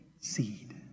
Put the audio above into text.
seed